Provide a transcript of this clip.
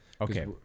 Okay